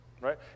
right